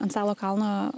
ant stalo kalno